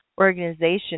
organization